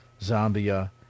Zambia